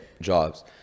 jobs